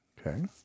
Okay